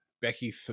Becky